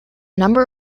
number